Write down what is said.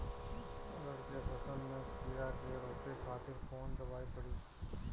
अरहर के फसल में कीड़ा के रोके खातिर कौन दवाई पड़ी?